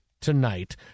tonight